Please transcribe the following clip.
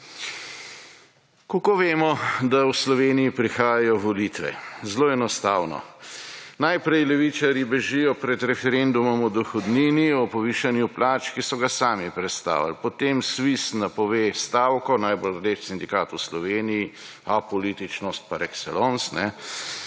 Kako vemo, da v Sloveniji prihajajo volitve? Zelo enostavno. Najprej levičarji bežijo pred referendumom o dohodnini, o povišanju plač, ki so ga sami prestavili. Potem SVIZ napove stavko, najbolj rdeč sindikatov v Sloveniji, apolitičnost par excellence.